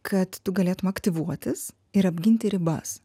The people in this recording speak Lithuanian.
kad tu galėtum aktyvuotis ir apginti ribas